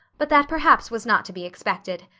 but that perhaps was not to be expected.